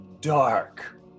dark